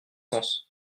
sens